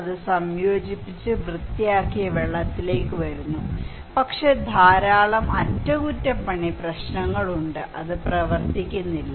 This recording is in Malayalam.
അത് സംയോജിപ്പിച്ച് വൃത്തിയാക്കിയ വെള്ളത്തിലേക്ക് വരുന്നു പക്ഷേ ധാരാളം അറ്റകുറ്റപ്പണി പ്രശ്നങ്ങൾ ഉണ്ട് അത് പ്രവർത്തിക്കുന്നില്ല